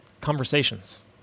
conversations